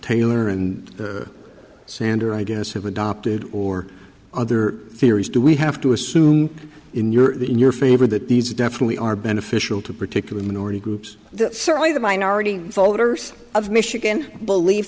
taylor and sander i guess have adopted or other theories do we have to assume in your in your favor that these definitely are beneficial to particular minority groups that certainly the minority voters of michigan belie